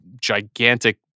gigantic